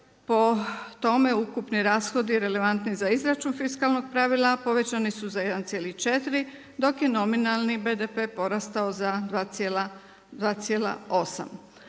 po tome ukupni rashodi relevantni za izračun fiskalnog pravila povećani su za 1,4 dok je nominalni BDP porastao za 2,8.